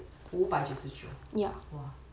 五百九十九 !wah!